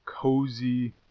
cozy